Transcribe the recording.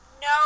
no